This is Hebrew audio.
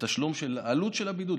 בתשלום העלות של הבידוד,